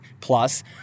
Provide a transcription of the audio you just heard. plus